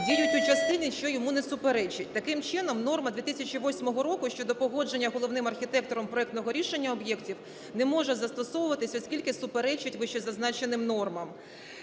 діють у частині, що йому не суперечать. Таким чином, норма 2008 року щодо погодження головним архітектором проектного рішення об'єктів не може застосовуватися, оскільки суперечать вищезазначеним нормам.